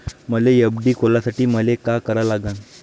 मले एफ.डी खोलासाठी मले का करा लागन?